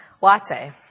latte